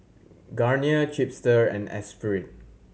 Garnier Chipster and Espirit